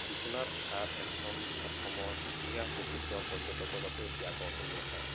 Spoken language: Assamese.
বিশ্বনাথ ঘাট এখন অসমৰ ইতিহাস প্ৰসিদ্ধ পৰ্যটকৰ বাবে অতি আকৰ্ষণীয় ঠাই